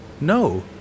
No